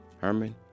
Herman